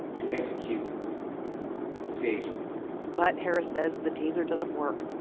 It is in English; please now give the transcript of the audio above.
to execute his taser but, harris says, the taser doesn't work.